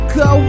go